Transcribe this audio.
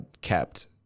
kept